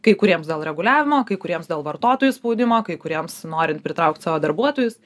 kai kuriems dėl reguliavimo kai kuriems dėl vartotojų spaudimo kai kuriems norint pritraukt savo darbuotojus